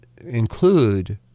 include